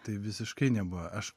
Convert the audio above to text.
tai visiškai nebuvo aš